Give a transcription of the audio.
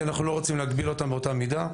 כי אנחנו לא רוצים להגביל אותם באותה מידה.